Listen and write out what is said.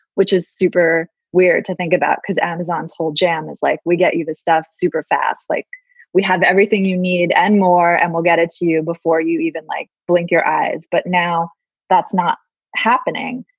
which is super weird to about because amazon's whole jam is like we get you the stuff super fast. like we have everything you need and more and we'll get it to you before you even like blink your eyes. but now that's not happening.